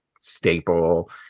staple